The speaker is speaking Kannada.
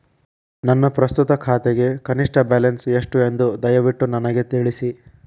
ನನ್ನ ಪ್ರಸ್ತುತ ಖಾತೆಗೆ ಕನಿಷ್ಟ ಬ್ಯಾಲೆನ್ಸ್ ಎಷ್ಟು ಎಂದು ದಯವಿಟ್ಟು ನನಗೆ ತಿಳಿಸಿ